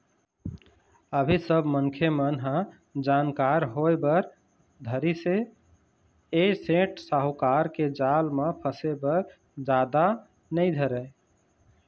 अभी सब मनखे मन ह जानकार होय बर धरिस ऐ सेठ साहूकार के जाल म फसे बर जादा नइ धरय